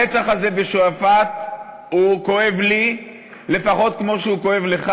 הרצח הזה בשועפאט כואב לי לפחות כמו שהוא כואב לך.